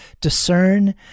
discern